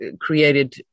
created